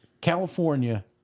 California